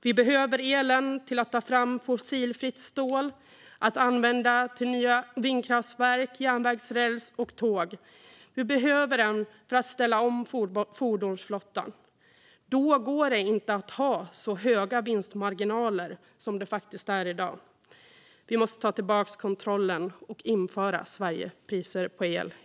Vi behöver elen till att ta fram fossilfritt stål. Vi behöver använda den till nya vindkraftverk, järnvägsräls och tåg. Vi behöver den för att ställa om fordonsflottan. Då går det inte att ha så höga vinstmarginaler som man faktiskt har i dag. Vi måste ta tillbaka kontrollen och införa Sverigepriser på el.